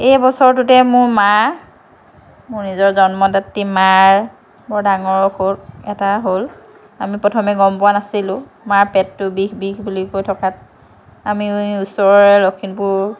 এই বছৰটোতে মোৰ মা মোৰ নিজৰ জন্মদাত্ৰী মাৰ বৰ ডাঙৰ অসুখ এটা হ'ল আমি প্ৰথমে গম পোৱা নাছিলোঁ মাৰ পেটটো বিষ বিষ বুলি কৈ থকাত আমি ওচৰৰে লখিমপুৰ